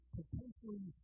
potentially